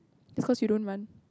because you don't want